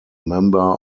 member